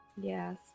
Yes